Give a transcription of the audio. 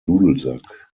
dudelsack